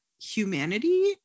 humanity